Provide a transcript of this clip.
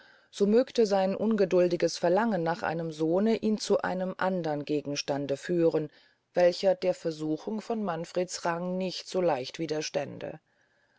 so mögte sein ungeduldiges verlangen nach einem sohn ihn zu einem andern gegenstande führen welcher der versuchung von manfreds rang nicht so leicht widerstände